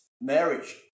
marriage